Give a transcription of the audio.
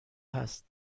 هست